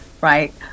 right